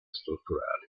strutturali